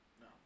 No